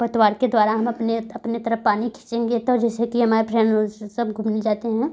पतवार के द्वारा हम अपने त अपने तरफ पानी खींचेंगे त जैसे कि हमारे फ्रेंड सब घूमने जाते हैं